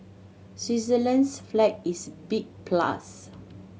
Switzerland's flag is big plus